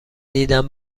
دیدم